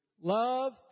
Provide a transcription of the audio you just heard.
Love